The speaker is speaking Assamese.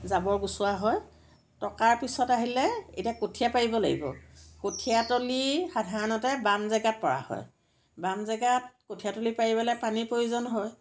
জাবৰ গুচোৱা হয় টকাৰ পিছত আহিলে এতিয়া কঠিয়া পাৰিব লাগিব কঠিয়াতলী সাধাৰণতে বাম জেগাত পৰা হয় বাম জেগাত কঠিয়াতলী পাৰিবলে পানীৰ প্ৰয়োজন হয়